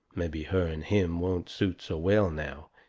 mebby her and him won't suit so well now,